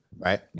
Right